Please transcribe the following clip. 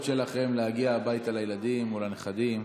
שלכם להגיע הביתה לילדים או לנכדים,